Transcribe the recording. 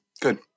Good